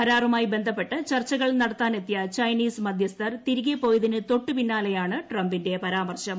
കരാറുമായി ബന്ധപ്പെട്ട് ചർച്ചകൾ നടത്താനെത്തിയ ചൈനീസ് മധ്യസ്ഥർ തിരികെ പോയതിന് തൊട്ട് പിന്നാലെയാണ് ട്രംപിന്റെ പരാമർശം